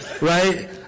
right